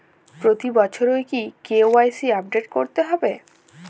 প্রতি বছরই কি কে.ওয়াই.সি আপডেট করতে হবে?